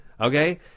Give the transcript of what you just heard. okay